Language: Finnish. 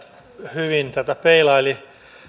hyvin tätä peilaili